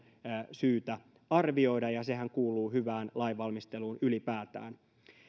syytä arvioida ja sehän kuuluu hyvään lainvalmisteluun ylipäätään